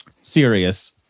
serious